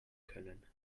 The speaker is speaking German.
können